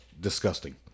disgusting